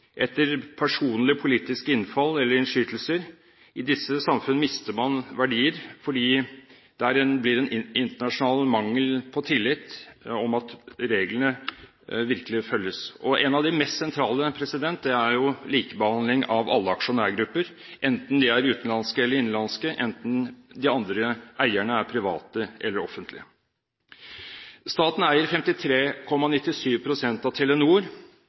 mister man verdier fordi det blir en internasjonal mangel på tillit til at reglene virkelig følges. En av de mest sentrale er likebehandling av alle aksjonærgrupper, enten de er utenlandske eller innenlandske, enten de andre eierne er private eller offentlige. Staten eier 53,97 pst. av Telenor,